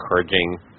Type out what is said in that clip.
encouraging